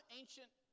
ancient